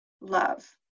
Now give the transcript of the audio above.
love